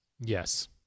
Yes